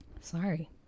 Sorry